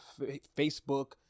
Facebook